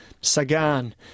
Sagan